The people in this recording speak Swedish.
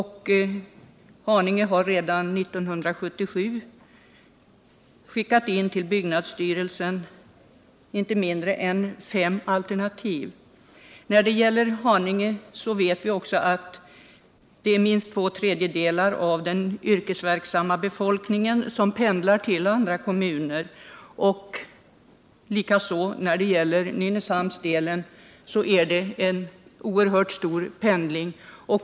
Haninge har redan 1977 till byggnadsstyrelsen skickat in inte mindre än fem alternativ. Minst två tredjedelar av den yrkesverksamma befolkningen i Haninge pendlar till andra kommuner. Även i Nynäshamn förekommer pendling i stor utsträckning.